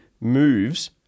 moves